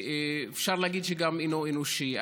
ואפשר להגיד שגם אינו אנושי.